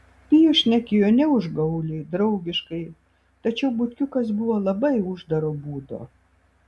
pijus šnekėjo ne užgauliai draugiškai tačiau butkiukas buvo labai uždaro būdo